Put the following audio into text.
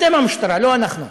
אתם המשטרה, לא אנחנו.